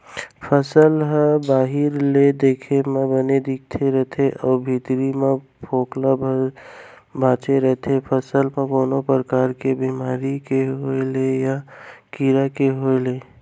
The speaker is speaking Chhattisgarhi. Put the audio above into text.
फसल ह बाहिर ले देखे म बने दिखत रथे अउ भीतरी म फोकला भर बांचे रथे फसल म कोनो परकार के बेमारी के होय ले या कीरा के होय ले